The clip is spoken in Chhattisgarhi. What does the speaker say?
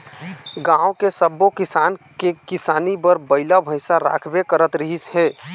गाँव के सब्बो किसान के किसानी बर बइला भइसा राखबे करत रिहिस हे